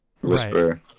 whisper